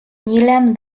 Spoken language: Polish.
nilem